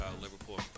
Liverpool